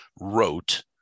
wrote